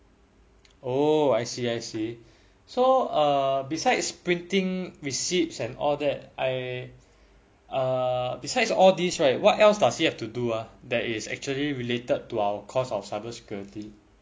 oh I see I see so err besides printing receipts and all that I err besides all these right what else does he have to do ah that is actually related to our course of cybersecurity